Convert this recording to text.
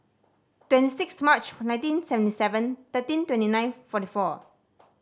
twenty six March nineteen seventy seven thirteen twenty nine forty four